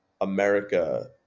America